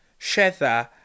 Shetha